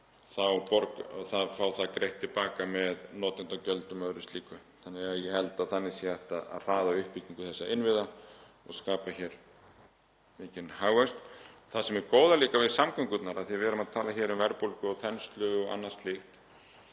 þar fá það greitt til baka með notendagjöldum og öðru slíku. Ég held að þannig sé hægt að hraða uppbyggingu þessara innviða og skapa hér mikinn hagvöxt. Það góða líka við samgöngurnar, af því að við erum að tala hér um verðbólgu og þenslu og annað slíkt,